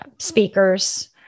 speakers